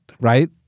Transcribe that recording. right